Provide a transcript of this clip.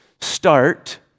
start